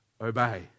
obey